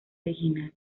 original